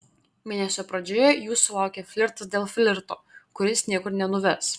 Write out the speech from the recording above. mėnesio pradžioje jūsų laukia flirtas dėl flirto kuris niekur nenuves